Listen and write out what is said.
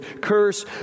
curse